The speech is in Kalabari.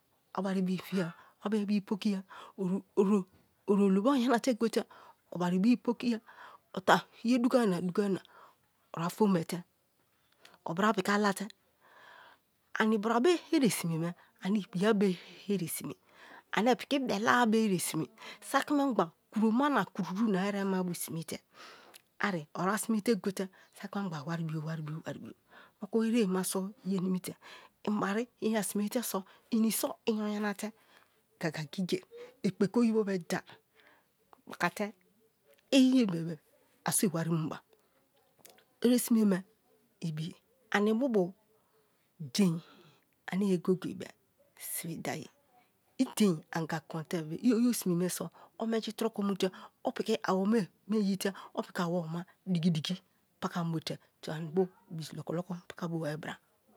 A bai bii fiya-a a bari bii pokiya, o dobo yanate gofe o bari bii pokiya, o ta ye duga-a na duga a na o a fombafe, obra piki alafe ani bra, be eresime me ane ibiye be ye eresime ane piki belara be eresime saki mengba kuroma na kuru-ru na erebo ma bo sime te ari o asime motu ereme ma so yenimi te i bari i na sime te so inyo yanate gaga-gigiye ekpe oyibo be dai opaka, te iye bebe a so iwari ruba, eresime ibi aribubu dein ane ye goye-goye be sibidaye i dein anga kontee i eresime me so omenji turoko nu te opiki owome iyite o piki owo mema diki-diki pakam bo te, te ani bo